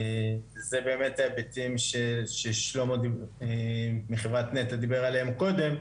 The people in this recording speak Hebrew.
זה באמת היבטים ששלמה מחברת נת"ע דיבר עליהם קודם.